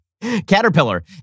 Caterpillar